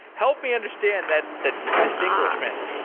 help me understand that that distinguishment.